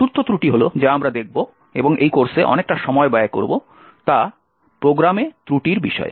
চতুর্থ ত্রুটি যা আমরা দেখব এবং এই কোর্সে অনেকটা সময় ব্যয় করব তা প্রোগ্রামে ত্রুটির বিষয়ে